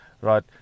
right